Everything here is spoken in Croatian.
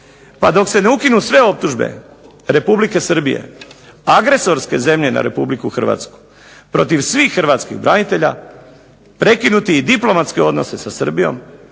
Pa dok se ne ukinu sve optužbe Republike Srbije, agresorske zemlje na Republiku Hrvatsku, protiv svih hrvatskih branitelja, prekinuti i diplomatske odnose sa Srbijom